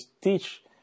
teach